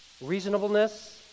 reasonableness